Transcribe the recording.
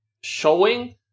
showing